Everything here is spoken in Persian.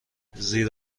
زیر